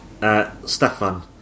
Stefan